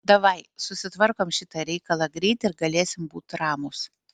davai susitvarkom šitą reikalą greit ir galėsim būt ramūs